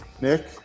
nick